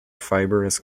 fibrous